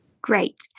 Great